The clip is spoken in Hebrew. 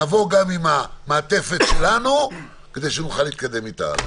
נבוא גם עם המעטפת שלנו כדי שנוכל להתקדם איתה הלאה.